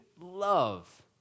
love